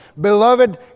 Beloved